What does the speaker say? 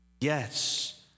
Yes